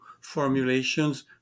formulations